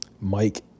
Mike